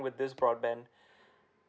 with this broadband